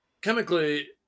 chemically